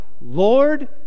Lord